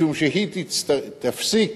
משום שהיא תפסיק